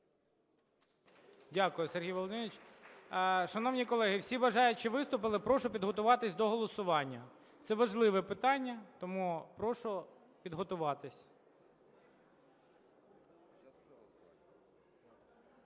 Дякую Сергій Володимирович. Шановні колеги, всі бажаючі виступили, прошу підготуватись до голосування. Це важливе питання, тому прошу підготуватись.